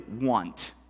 want